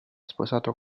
sposato